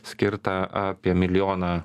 skirta apie milijoną